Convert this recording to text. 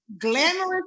glamorous